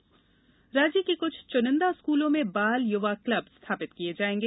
बाल दिवस राज्य के कुछ चुनिंदा स्कूलों में बाल युवा क्लब स्थापित किये जायेंगे